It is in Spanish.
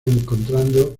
encontrando